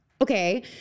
Okay